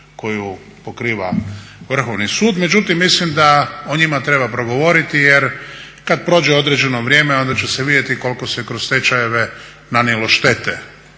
koju pokriva Vrhovni sud, međutim mislim da o njima treba progovoriti jer kad prođe određeno vrijeme onda će se vidjeti koliko se kroz stečajeve nanijelo štete